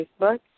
Facebook